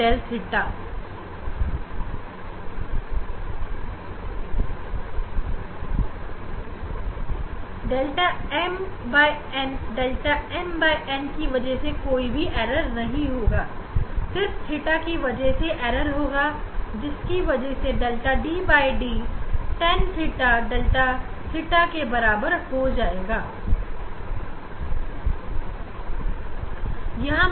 यहां mn रेखा की संख्या और आर्डर की संख्या है जीने ना अपने में हमने कोई भी भूल नहीं किए इसीलिए हम इन्हें हटा देंगे और सिर्फ यही हिस्सा 𝛿θtanθ से ही प्रयोग में हुई भूल को निकालेंगे